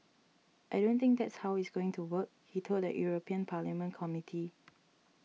I don't think that's how it's going to work he told a European Parliament Committee